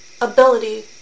ability